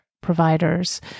providers